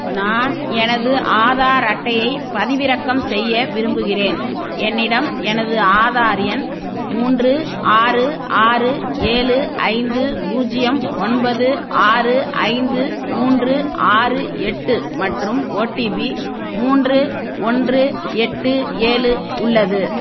நான் எனது ஆதார் அட்டையை பதிவிறக்கம் செய்ய விரும்புகிறேன் என்னிடம் எனது ஆதார் எண் மூன்று ஆறு ஆறு ஏழு ஐந்து பூஜ்ஜியம் ஒன்பது ஆறு ஐந்து மூன்று ஆறு எட்டு மற்றும் ஓடிபி மூன்று ஒன்று எட்டு ஏழு உள்ளது